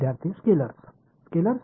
மாணவர்ஸ்கேலார்ஸ் scalars